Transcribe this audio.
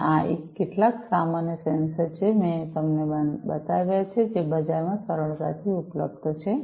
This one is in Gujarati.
અને આ આ કેટલાક સામાન્ય સેન્સર છે જે મેં તમને બતાવ્યા છે જે બજારમાં સરળતાથી ઉપલબ્ધ છે